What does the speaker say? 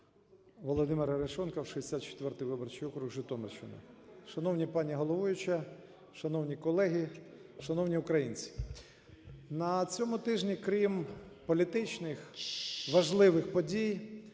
Володимир Арешонков, 64 виборчий округ, Житомирщина. Шановна пані головуюча, шановні колеги, шановні українці! На цьому тижні, крім політичних важливих подій